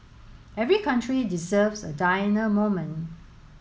every country deserves a Diana moment